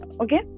Okay